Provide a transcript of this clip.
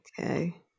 Okay